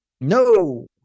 no